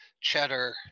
cheddar